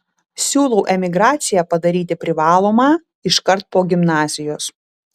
siūlau emigraciją padaryti privalomą iškart po gimnazijos